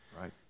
Right